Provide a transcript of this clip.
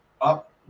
up